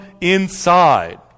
inside